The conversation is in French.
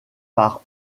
par